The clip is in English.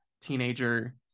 teenager